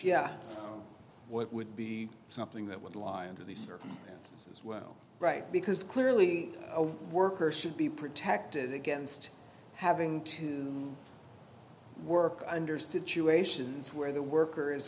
yeah what would be something that would lie under these circumstances as well right because clearly a worker should be protected against having to work under situations where the worker